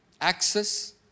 Access